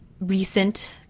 recent